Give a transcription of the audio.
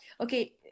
okay